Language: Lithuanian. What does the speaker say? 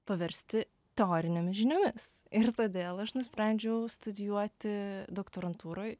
paversti teorinėmis žiniomis ir todėl aš nusprendžiau studijuoti doktorantūroj